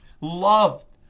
loved